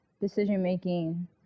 decision-making